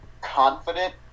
confident